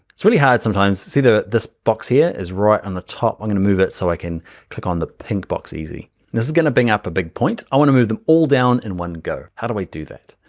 really hard sometimes. so see that this box here is right on the top, i'm gonna move it so i can click on the pink box easy. and this is gonna bring up a big point. i wanna move them all down in one go. how do i do that,